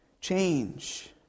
change